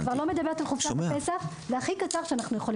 אני כבר לא מדברת על חופשת פסח זה הכי קצר שאנו יכולים.